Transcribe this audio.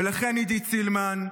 ולכן, עידית סילמן,